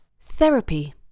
Therapy